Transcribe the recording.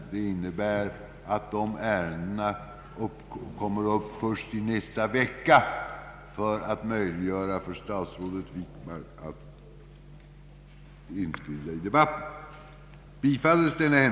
Det innebär att de ärendena kommer upp till behandling först i nästa vecka, detta för att möjliggöra för statsrådet Wickman att deltaga i debatten.